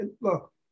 Look